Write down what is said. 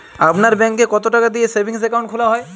আপনার ব্যাংকে কতো টাকা দিয়ে সেভিংস অ্যাকাউন্ট খোলা হয়?